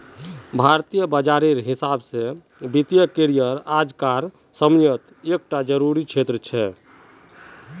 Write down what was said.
भारतीय बाजारेर हिसाब से वित्तिय करिएर आज कार समयेत एक टा ज़रूरी क्षेत्र छे